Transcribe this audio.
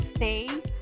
Stay